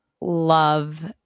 love